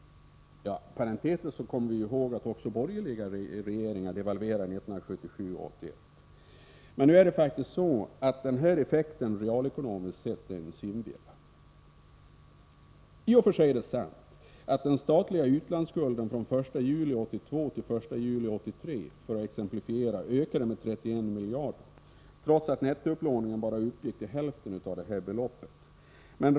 Parentetiskt kommer vi ju ihåg att också borgerliga regeringar devalverade 1977 och 1981. Nu är det faktiskt så att denna effekt realekonomiskt sett är en synvilla. I och för sig är det sant att den statliga utlandsskulden ökade med 31 miljarder från den 1 juli 1982 till den 1 juli 1983, trots att nettoupplåningen bara uppgick till hälften av detta belopp.